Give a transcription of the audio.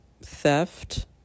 theft